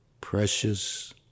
precious